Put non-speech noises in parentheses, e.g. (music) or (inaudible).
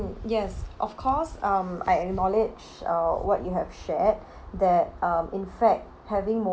yes of course um I acknowledge uh what you have shared (breath) that uh in fact having